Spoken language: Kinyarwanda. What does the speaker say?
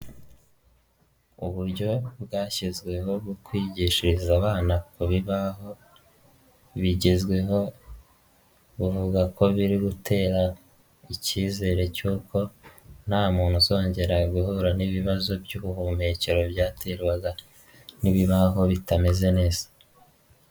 Uburyo bwashyizweho bwo kwigishiriza abana ku bibaho bigezweho, buvuga ko biri gutera icyizere cy'uko nta muntu uzongera guhura n'ibibazo by'ubuhumekero byaterwaga n'ibibaho bitameze neza.